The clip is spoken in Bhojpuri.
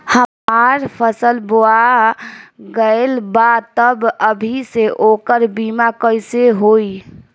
हमार फसल बोवा गएल बा तब अभी से ओकर बीमा कइसे होई?